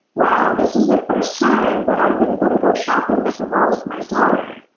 wow, this is the first time that i've been able to go shopping at the mall with my daughter.